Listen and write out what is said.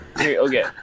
Okay